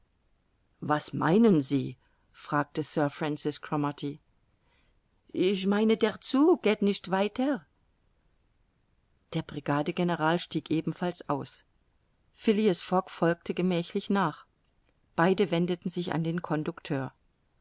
was meinen sie fragte sir francis cromarty ich meine der zug geht nicht weiter der brigadegeneral stieg ebenfalls aus phileas fogg folgte gemächlich nach beide wendeten sich an den conducteur